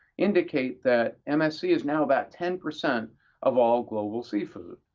indicate that msc is no about ten percent of all global seafood.